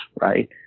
right